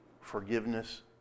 forgiveness